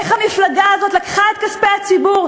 איך המפלגה הזאת לקחה את כספי הציבור,